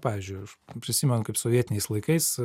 pavyzdžiui aš prisimenu kaip sovietiniais laikais